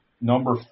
number